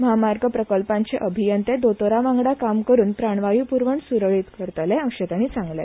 महामार्ग प्रकल्पांचे अभियंते दोतोरां वांगडा काम करून प्राणवायू पुरवण सुरळीत करतले अशें तांणी सांगले